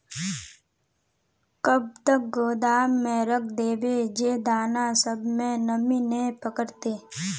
कब तक गोदाम में रख देबे जे दाना सब में नमी नय पकड़ते?